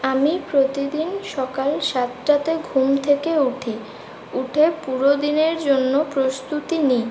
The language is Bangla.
আমি প্রতিদিন সকাল সাতটাতে ঘুম থেকে উঠি উঠে পুরো দিনের জন্য প্রস্তুতি নিই